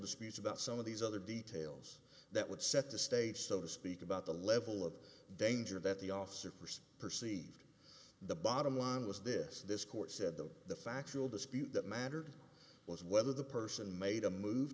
disputes about some of these other details that would set the stage so to speak about the level of danger that the officers perceived the bottom line was this this court said that the factual dispute that mattered was whether the person made a move